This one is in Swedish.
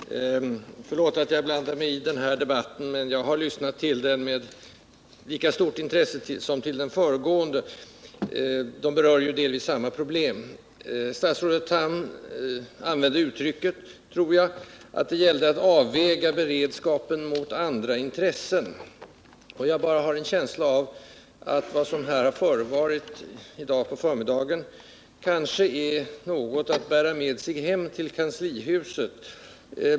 Herr talman! Förlåt att jag blandar mig i den här debatten, men jag har lyssnat till den med lika stort intresse som till den föregående. De berör ju delvis samma problem. Statsrådet Tham använde uttrycket att det gällde att avväga beredskapen mot andra intressen. Jag har bara en känsla av att vad som här har förevarit i dag på förmiddagen kanske är något att bära med sig hem till kanslihuset.